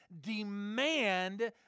demand